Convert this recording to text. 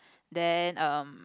then um